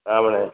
ஆமாண்ணே